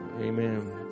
Amen